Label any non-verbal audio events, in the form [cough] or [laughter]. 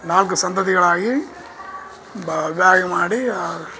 ನಾಲ್ಕು ಸಂತತಿಗಳಾಗಿ [unintelligible] ಮಾಡಿ